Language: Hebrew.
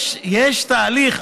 יש תהליך,